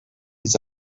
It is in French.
les